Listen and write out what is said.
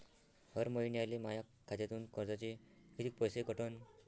हर महिन्याले माह्या खात्यातून कर्जाचे कितीक पैसे कटन?